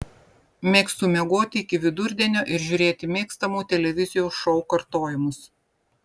mėgstu miegoti iki vidurdienio ir žiūrėti mėgstamų televizijos šou kartojimus